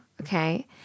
okay